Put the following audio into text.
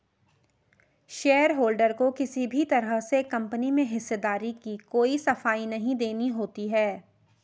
shareholder को किसी भी तरह से कम्पनी में हिस्सेदारी की कोई सफाई नहीं देनी होती है